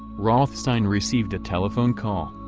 rothstein received a telephone call.